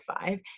five